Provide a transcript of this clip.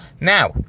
Now